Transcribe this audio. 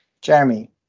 Jeremy